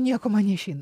nieko man neišeina